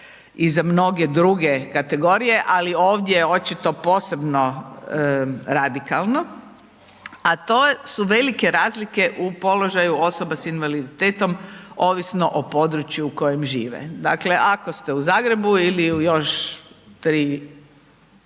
i za mnoge druge kategorije, ali ovdje je očito posebno radikalno, a to su velike razlike u položaju osoba s invaliditetom ovisno o području u kojem žive. Dakle, ako ste u Zagrebu ili još 3,